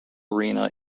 arena